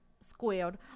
Squared